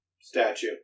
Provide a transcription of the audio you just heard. statue